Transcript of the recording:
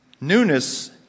Newness